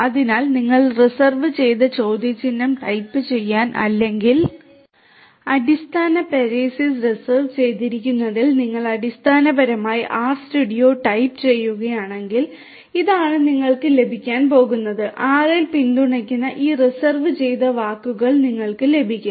അതിനാൽ നിങ്ങൾ റിസർവ് ചെയ്ത ചോദ്യചിഹ്നം ടൈപ്പ് ചെയ്താൽ അല്ലെങ്കിൽ അടിസ്ഥാന പരേസിസ് റിസർവ് ചെയ്തിരിക്കുന്നതിൽ നിങ്ങൾ അടിസ്ഥാനപരമായി ആർസ്റ്റുഡിയോ ടൈപ്പ് ചെയ്യുകയാണെങ്കിൽ ഇതാണ് നിങ്ങൾക്ക് ലഭിക്കാൻ പോകുന്നത് R ൽ പിന്തുണയ്ക്കുന്ന ഈ റിസർവ് ചെയ്ത വാക്കുകൾ നിങ്ങൾക്ക് ലഭിക്കും